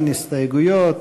אין הסתייגויות.